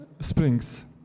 Springs